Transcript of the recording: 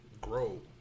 grow